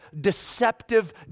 deceptive